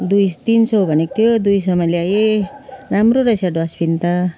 दुई तिन सय भनेको थियो दुई सयमा ल्याएँ राम्रो रहेछ डस्ट बिन त